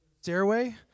stairway